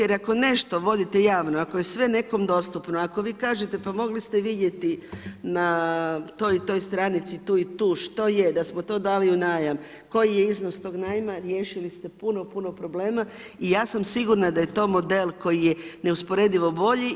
Jer ako nešto vodite javno, ako je sve nekom dostupno, ako vi kažete, pa mogli ste vidjeti, na toj i toj stranici, tu i tu, što je, da smo to dali u najam, koji je iznos tog najma, riješili ste puno puno problema i ja sam sigurna da je to model, koji je neusporedivo bolji.